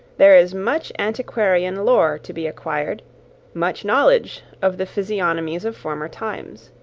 there is much antiquarian lore to be acquired much knowledge of the physiognomies of former times.